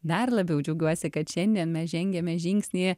dar labiau džiaugiuosi kad šiandien mes žengiame žingsnį